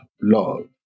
love